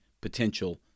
potential